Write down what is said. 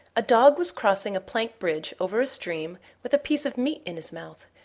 a dog was crossing a plank bridge over a stream with a piece of meat in his mouth,